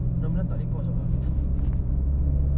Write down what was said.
dorang bilang tak boleh pause [pe]